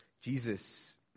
Jesus